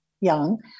young